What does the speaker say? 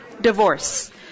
divorce